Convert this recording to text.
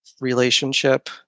relationship